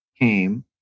came